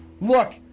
Look